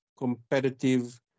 competitive